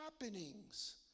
happenings